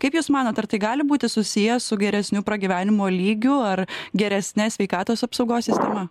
kaip jūs manot ar tai gali būti susiję su geresniu pragyvenimo lygiu ar geresne sveikatos apsaugos sistema